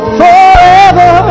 forever